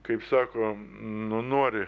kaip sako nu nori